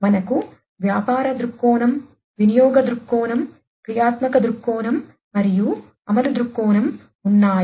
మనకు వ్యాపార దృక్కోణం వినియోగ దృక్కోణం క్రియాత్మక దృక్కోణం మరియు అమలు దృక్కోణం ఉన్నాయి